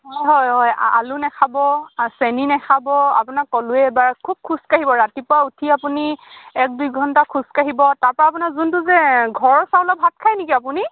হয় হয় আলু নাখাব আৰু চেনি নাখাব আপোনাক ক'লোৱে এবাৰ খুব খোজকাঢ়িব ৰাতিপুৱা উঠি আপুনি এক দুই ঘণ্টা খোজকাঢ়িব তাৰপৰা আপোনাৰ যোনটো যে ঘৰৰ চাউলৰ ভাত খায় নেকি আপুনি